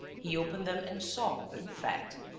he opened them and saw, in fact,